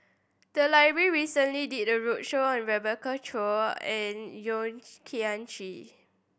the library recently did a roadshow on Rebecca Chua and Yeo Kian Chye